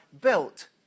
built